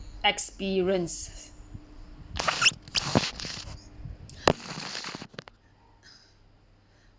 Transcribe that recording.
experience